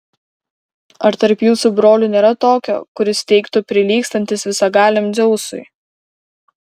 ar tarp jūsų brolių nėra tokio kuris teigtų prilygstantis visagaliam dzeusui